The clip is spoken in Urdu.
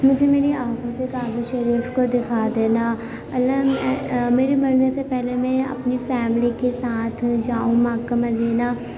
مجھے میری آنکھوں سے کعبہ شریف کو دکھا دینا اللہ میرے مرنے سے پہلے میں اپنی فیملی کے ساتھ جاؤں مکہ مدینہ